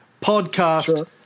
podcast